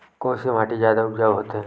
कोन से माटी जादा उपजाऊ होथे?